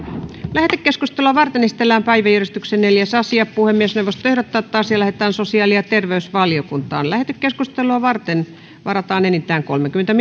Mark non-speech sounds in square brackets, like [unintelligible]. lähetekeskustelua varten esitellään päiväjärjestyksen neljäs asia puhemiesneuvosto ehdottaa että asia lähetetään sosiaali ja terveysvaliokuntaan lähetekeskustelua varten varataan enintään kolmekymmentä [unintelligible]